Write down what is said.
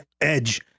Edge